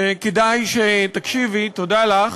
כדאי שתקשיבי, תודה לך,